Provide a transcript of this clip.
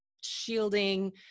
shielding